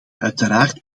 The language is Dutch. uiteraard